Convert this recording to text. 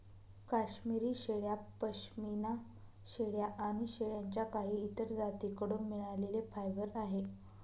काश्मिरी शेळ्या, पश्मीना शेळ्या आणि शेळ्यांच्या काही इतर जाती कडून मिळालेले फायबर आहे